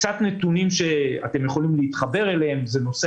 קצת נתונים שאתם יכולים להתחבר אליהם: נושא